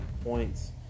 points